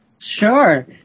Sure